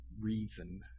reason